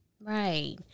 Right